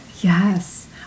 Yes